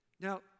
Now